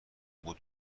بود